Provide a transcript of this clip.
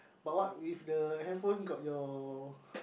but what if the handphone got your